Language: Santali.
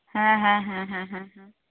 ᱦᱮᱸᱻ ᱦᱮᱸᱻ ᱦᱮᱸ ᱦᱮᱸ